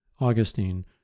Augustine